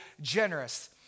generous